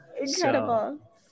Incredible